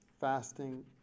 fasting